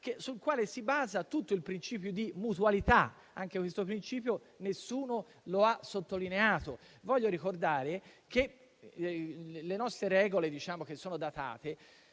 sul quale si basa tutto il principio di mutualità, che nessuno ha sottolineato. Voglio ricordare che le nostre regole, che sono datate,